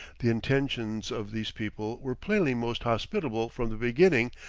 the intentions of these people were plainly most hospitable from the beginning,